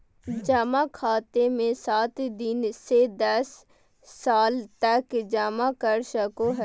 जमा खाते मे सात दिन से दस साल तक जमा कर सको हइ